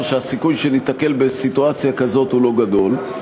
שהסיכוי שניתקל בסיטואציה כזאת הוא לא גדול.